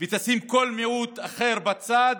ותשים כל מיעוט אחר בצד,